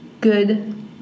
good